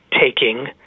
taking